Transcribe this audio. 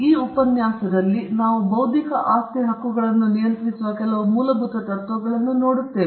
ಈ ಉಪನ್ಯಾಸದಲ್ಲಿ ನಾವು ಬೌದ್ಧಿಕ ಆಸ್ತಿ ಹಕ್ಕುಗಳನ್ನು ನಿಯಂತ್ರಿಸುವ ಕೆಲವು ಮೂಲಭೂತ ತತ್ವಗಳನ್ನು ನೋಡುತ್ತೇವೆ